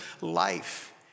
life